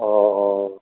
অঁ অঁ